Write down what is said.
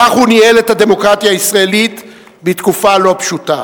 כך הוא ניהל את הדמוקרטיה הישראלית בתקופה לא פשוטה,